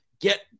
get